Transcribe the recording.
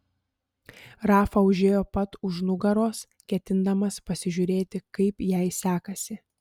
rafa užėjo pat už nugaros ketindamas pasižiūrėti kaip jai sekasi